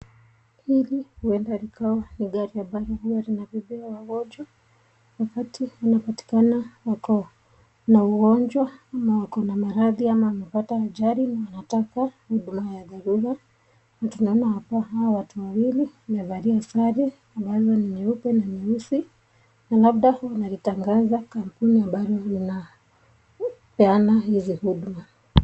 Hili huenda likawa ni gari huwa linabebea wagonjwa wakati wanapatikana wako na ugonjwa ama wako na maradhi ama wamepata ajali na wanataka huduma ya dharura. Tunaona kuwa hawa watu wawili wamevalia sare nyeupe na nyeusi na labda wanatangaza kampuni ambalo linapeana hizi huduma.